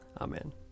Amen